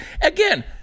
Again